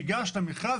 שייגש למכרז,